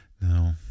No